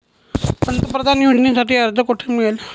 पंतप्रधान योजनेसाठी अर्ज कुठे मिळेल?